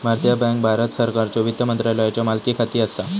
भारतीय बँक भारत सरकारच्यो वित्त मंत्रालयाच्यो मालकीखाली असा